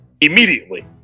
Immediately